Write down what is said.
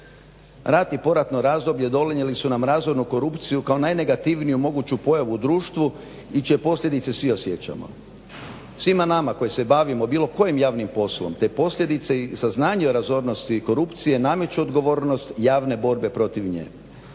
Rat i poratno razdoblje dolinjali su nam razornu korupciju kao najnegativniju moguću pojavu u društvu i čije posljedice svi osjećamo. Svima nama koji se bavimo bilo kojim javnim poslom, te posljedice i saznanja o razornosti korupcije nameću odgovornost javne borbe protiv nje.